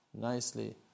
nicely